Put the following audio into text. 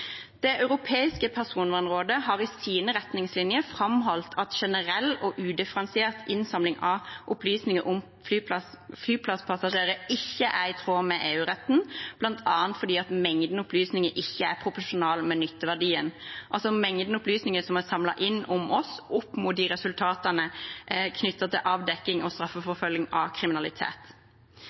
Det europeiske personvernrådet har i sine retningslinjer framholdt at generell og udifferensiert innsamling av opplysninger om flyplasspassasjerer ikke er i tråd med EU-retten, bl.a. fordi mengden opplysninger ikke er proporsjonal med nytteverdien, altså mengden opplysninger som er samlet inn om oss, opp mot resultatene knyttet til avdekking og straffeforfølging av kriminalitet.